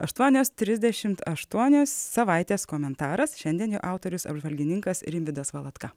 aštuonios trisdešimt aštuonios savaitės komentaras šiandien jo autorius apžvalgininkas rimvydas valatka